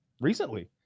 recently